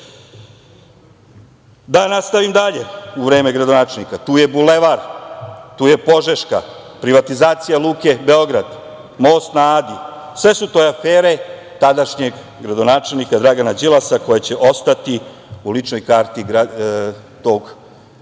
nastavim dalje, u vreme gradonačelnika, tu je Bulevar, tu je Požeška, privatizacija „Luke Beograd“, most na Adi. Sve su to afere tadašnjeg gradonačelnika Dragana Đilasa koja će ostati u ličnoj karti tog čoveka,